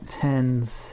tens